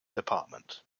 department